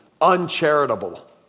uncharitable